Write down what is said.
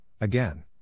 again